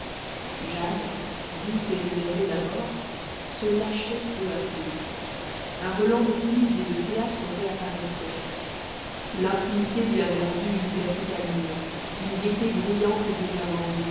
jane douce et réservée d'abord se lâchait peu à peu un relent de coulisses et de théâtre réapparaissait l'intimité lui avait rendu une liberté d'allures une gaîté bruyante et dégingandée